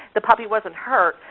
the puppy wasn't hurt,